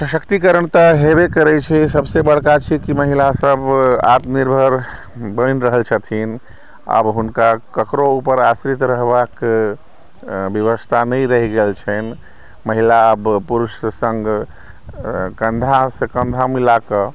सशक्तिकरण तऽ हेबै करै छै सभसँ बड़का छै कि महिला सभ आत्म निर्भर बनि रहल छथिन आब हुनका ककरो ऊपर आश्रित रहबाक विवशता नहि रहि गेल छनि महिला आब पुरुष सङ्ग कँधासँ कँधा मिलाकऽ